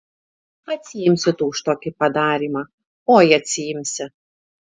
atsiimsi tu už tokį padarymą oi atsiimsi